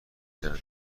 کردم